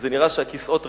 וזה נראה שהכיסאות ריקים,